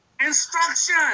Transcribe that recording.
Instruction